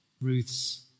Ruth's